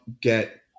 get